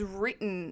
written